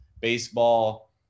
baseball